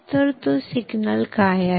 तर तो सिग्नल काय आहे